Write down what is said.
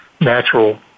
natural